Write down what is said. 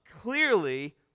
clearly